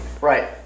Right